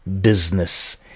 business